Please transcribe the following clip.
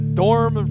dorm